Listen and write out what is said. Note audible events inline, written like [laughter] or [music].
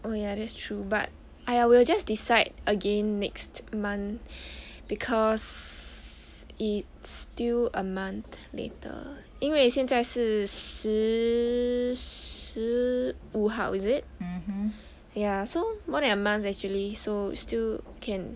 oh ya that's true but I will just decide again next month [breath] because it's still a month later 因为现在是十五号 is it ya so more than a month actually so still can